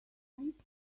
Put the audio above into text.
cents